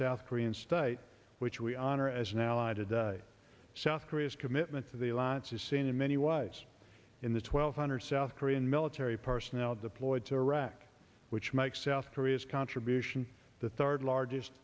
south korean state which we honor as an ally today south korea's commitment to the alliance is seen in many ways in the twelve hundred south korean military personnel deployed to iraq which makes south korea's contribution the third largest